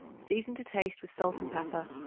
season to taste with salt and pepper.